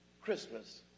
Christmas